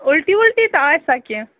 اُلٹی وُلٹی تہِ آے سا کیٚنٛہہ